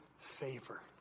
favor